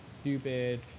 stupid